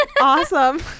Awesome